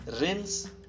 rinse